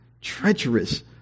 treacherous